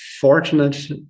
fortunate